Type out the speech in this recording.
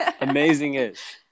Amazing-ish